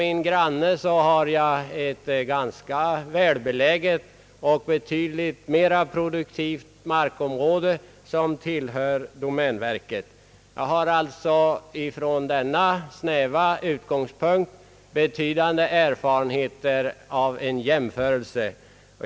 I grannskapet har jag ett ganska välbeläget och betydligt mera produktivt markområde, som tillhör domänverket. Jag har alltså från denna snäva utgångspunkt betydande erfarenheter för en jämförelse.